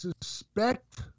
Suspect